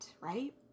right